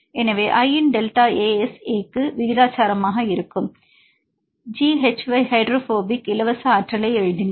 எனவே i இன் delta ASA க்கு விகிதாசாரமாக இருக்கும் G hy ஹைட்ரோபோபிக் இலவச ஆற்றலை எழுதுங்கள்